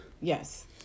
Yes